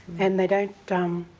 and they don't.